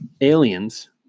aliens